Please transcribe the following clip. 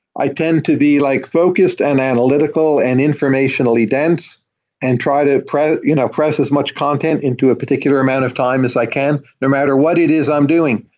i tend to be like focused and analytical and informational informational events and try to press you know press as much content into a particular amount of time as i can no matter what it is i'm doing.